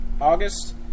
August